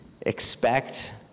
expect